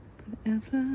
forever